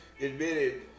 admitted